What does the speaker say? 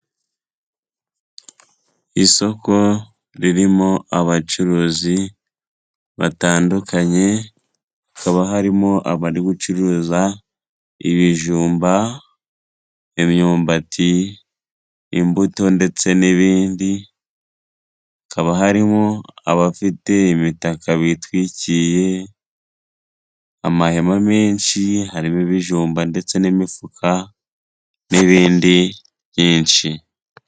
Isoko ririmo abacuruzi batandukanye, hakaba harimo abari gucuruza: ibijumba, imyumbati, imbuto ndetse n'ibindi. Hakaba harimo abafite imitaka bitwikiye, amahema menshi harimo ibijumba ndetse n'imifuka n'ibindi byinshi.